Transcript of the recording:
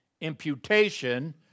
imputation